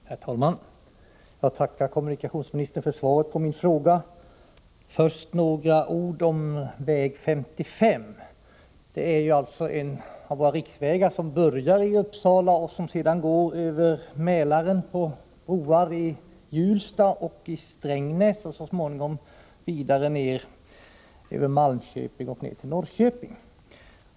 Herr talman! Jag tackar kommunikationsministern för svaret på min fråga. Först några ord om väg 55. Det är alltså en av våra riksvägar, som börjar i Uppsala och som sedan går över Mälaren på broar vid Hjulsta och Strängnäs och så småningom vidare över Malmköping och ner till Norrköping.